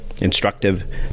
instructive